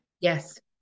yes